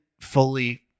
fully